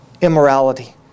immorality